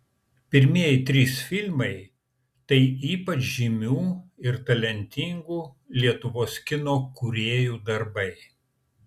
pirmieji trys filmai tai ypač žymių ir talentingų lietuvos kino kūrėjų darbai